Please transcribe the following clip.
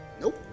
Nope